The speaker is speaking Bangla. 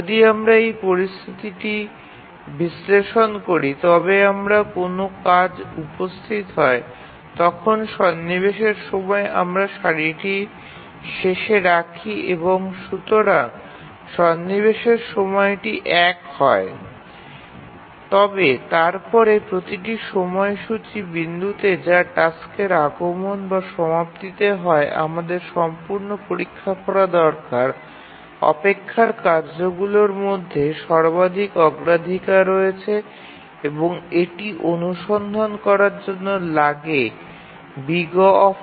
যদি আমরা এই পরিস্থিতিটি বিশ্লেষণ করি তবে যখন কোনও কাজ উপস্থিত হয় তখন সন্নিবেশের সময় আমরা সারিটির শেষে রাখি এবং সুতরাং সন্নিবেশের সময়টি ১ হয় তবে তারপরে প্রতিটি সময়সূচী বিন্দুতে যা টাস্কের আগমন বা সমাপ্তিতে হয় আমাদের সম্পূর্ণ পরীক্ষা করা দরকার অপেক্ষার কাজগুলির মধ্যে সর্বাধিক অগ্রাধিকার রয়েছে এবং এটি অনুসন্ধান করার জন্য লাগে O